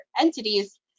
entities